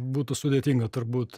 būtų sudėtinga turbūt